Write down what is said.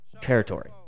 territory